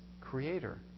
creator